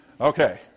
Okay